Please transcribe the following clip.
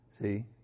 See